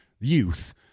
youth